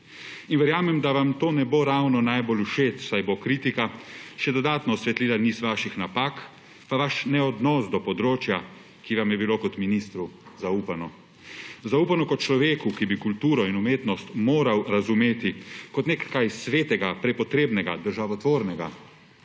in verjamem, da vam to ne bo ravno najbolj všeč, saj bo kritika še dodatno osvetlila niz vaših napak, pa vaš neodnos do področja, ki vam je bilo kot ministru zaupano. Zaupano kot človeku, ki bi kulturo in umetnost moral razumeti kot nekaj svetega, prepotrebnega, državotvornega,